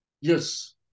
Yes